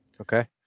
Okay